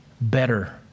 better